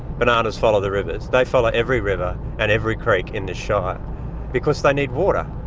bananas follow the rivers, they follow every river and every creek in this shire because they need water.